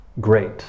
great